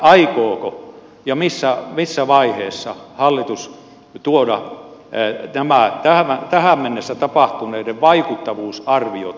aikooko ja missä vaiheessa hallitus tuoda tähän mennessä tapahtuneen vaikuttavuusarviot